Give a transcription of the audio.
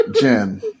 Jen